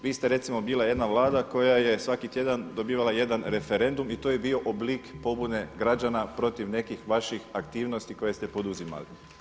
Vi ste recimo bili jedna Vlada koja je svaki tjedan dobivala jedan referendum i to je bio oblik pobune građana protiv nekih vaših aktivnosti koje ste poduzimali.